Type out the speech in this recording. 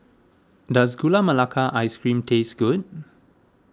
does Gula Melaka Ice Cream taste good